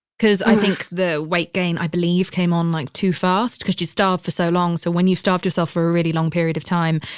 because i think the weight gain, i believe, came on like too fast because she starved for so long. so when you starved yourself for a really long period of time,